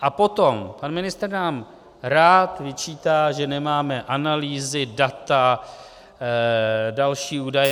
A potom, pan ministr nám rád vyčítá, že nemáme analýzy, data, další údaje.